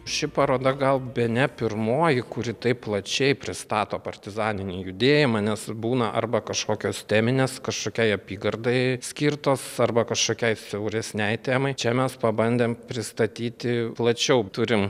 ši paroda gal bene pirmoji kuri taip plačiai pristato partizaninį judėjimą nes būna arba kažkokios teminės kažkokiai apygardai skirtos arba kažkokiai siauresnei temai čia mes pabandėm pristatyti plačiau turim